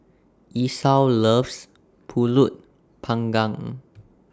Esau loves Pulut Panggang